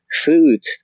food